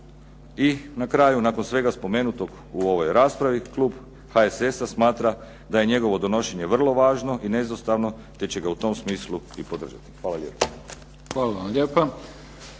I na kraju nakon svega spomenutog u ovoj raspravi klub HSS-a smatra da je njegovo donošenje vrlo važno i neizostavno te će ga u tom smislu i podržati. Hvala lijepo.